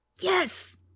yes